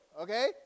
okay